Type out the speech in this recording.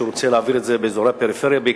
שהוא רוצה להעביר את זה בעיקר באזורי הפריפריה.